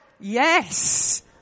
Yes